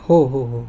हो हो हो